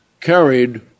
carried